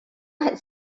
had